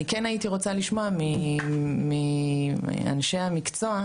כן הייתי רוצה לשמוע מאנשי המקצוע,